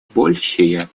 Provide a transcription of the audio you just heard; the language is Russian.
большее